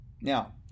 now